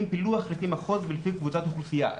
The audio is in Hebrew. פילוח לפי מחוז ולפי קבוצת אוכלוסייה.